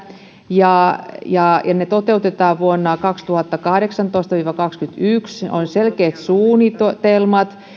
ja ja ne toteutetaan vuosina kaksituhattakahdeksantoista viiva kaksituhattakaksikymmentäyksi on selkeät suunnitelmat